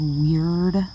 weird